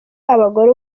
abagore